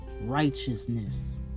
righteousness